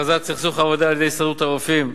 על הכרזת סכסוך עבודה על-ידי הסתדרות הרופאים.